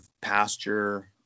pasture